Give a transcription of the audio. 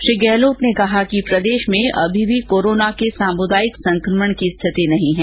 श्री गहलोत ने कहा कि प्रदेश में अभी भी कोरोना के सामुदायिक संक्रमण की स्थिति नहीं है